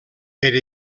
per